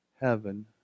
heaven